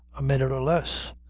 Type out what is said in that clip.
a minute or less.